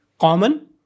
common